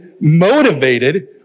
motivated